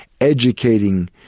educating